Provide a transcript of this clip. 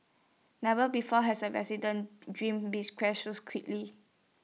never before has A resident's dream been dashed so quickly